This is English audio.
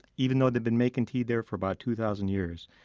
even though they've been making tea there for about two thousand years.